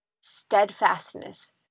steadfastness